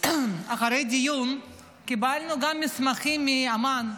אחרי דיון, קיבלנו גם מסמכים מאמ"ן,